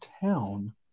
town